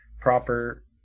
proper